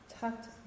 tucked